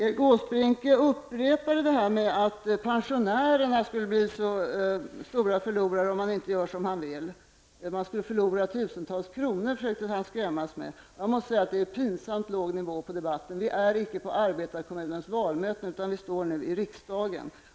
Erik Åsbrink upprepade talet om att pensionärerna blir de stora förlorarna om man inte gör som han vill. De kommer att förlora tusentals kronor, försökte han skrämmas med att säga. Jag måste säga att Erik Åsbrink sänker debatten till en pinsamt låg nivå. Vi befinner oss inte på arbetarkommunens valmöte, utan i riksdagen.